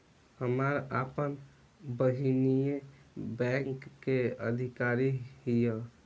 हमार आपन बहिनीई बैक में अधिकारी हिअ